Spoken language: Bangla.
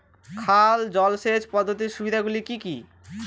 খাল জলসেচ পদ্ধতির সুবিধাগুলি কি কি?